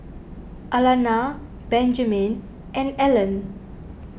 Alannah Benjman and Ellen